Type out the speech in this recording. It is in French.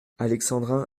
alexandrin